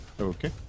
Okay